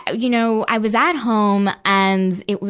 you know, i was at home and it,